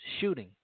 shooting